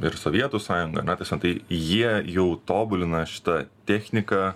ir sovietų sąjunga ane tasme tai jie jau tobulina šitą techniką